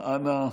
אנא,